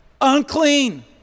unclean